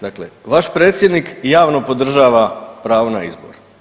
Dakle, vaš predsjednik javno podržava pravo na izbor.